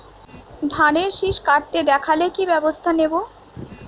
ধানের শিষ কাটতে দেখালে কি ব্যবস্থা নেব?